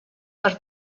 per